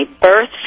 birth